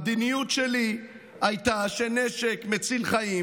המדיניות שלי הייתה שנשק מציל חיים